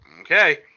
okay